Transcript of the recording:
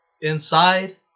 inside